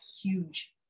huge